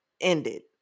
ended